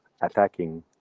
attacking